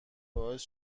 باعث